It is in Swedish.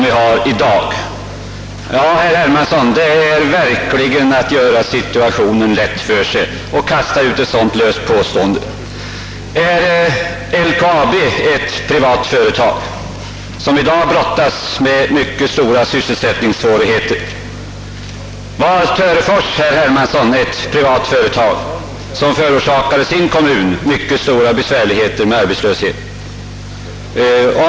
Ja, herr Hermansson, att kasta ut ett sådant löst påstående är verkligen att göra problemet lätt för sig. är LKAB, som i dag brottas med mycket stora sysselsättningssvårigheter, ett privat företag? Var Törefors, som förorsakade sin kommun mycket stora svårigheter med arbetslöshet, ett privat företag?